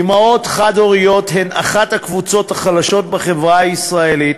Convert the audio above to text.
אימהות חד-הוריות הן אחת הקבוצות החלשות בחברה הישראלית,